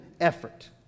effort